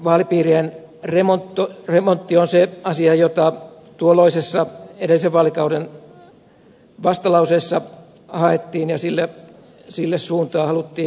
vaalipiirien remontti on se asia jota tuolloisissa edellisen vaalikauden vastalauseissa haettiin ja sille suuntaa haluttiin näyttää